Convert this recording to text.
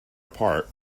apart